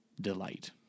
delight